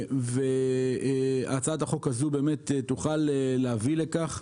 והצעת החוק הזו תוכל להביא לכך.